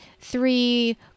three